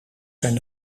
zijn